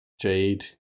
Jade